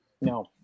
No